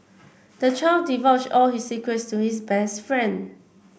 the child divulged all his secrets to his best friend